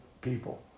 people